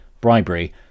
bribery